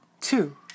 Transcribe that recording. Two